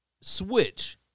switch